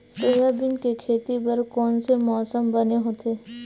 Soybean के खेती बर कोन से मौसम बने होथे?